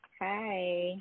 Hi